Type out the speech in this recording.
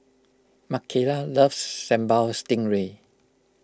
Mckayla loves Sambal Stingray